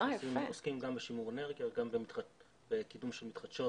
אנחנו עוסקים גם בשימור אנרגיה וגם בקידום של מתחדשות